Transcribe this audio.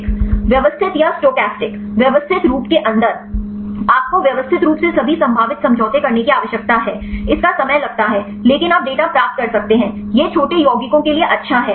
Systematic and stochastic व्यवस्थित या stochastic व्यवस्थित रूप के अंदर आपको व्यवस्थित रूप से सभी संभावित समझौते करने की आवश्यकता है इसका समय लगता है लेकिन आप डेटा प्राप्त कर सकते हैं यह छोटे यौगिकों के लिए अच्छा है